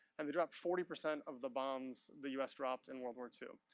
and they dropped forty percent of the bombs the us dropped in world war two.